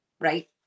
right